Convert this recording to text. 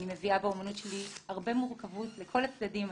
אני מביאה באמנות שלי הרבה מורכבות לכל הצדדים.